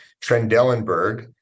Trendelenburg